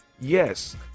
Yes